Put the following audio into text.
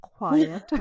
quiet